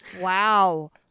Wow